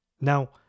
Now